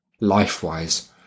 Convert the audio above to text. life-wise